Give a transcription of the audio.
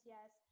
Yes